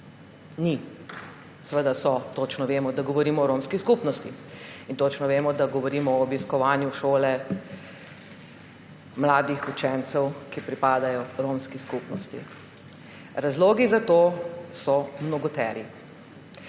ni. Seveda so. Točno vemo, da govorimo o romski skupnosti, in točno vemo, da govorimo o obiskovanju šole mladih učencev, ki pripadajo romski skupnosti. Razlogi za to so mnogoteri,